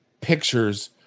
pictures